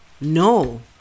No